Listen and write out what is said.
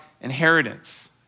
inheritance